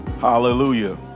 Hallelujah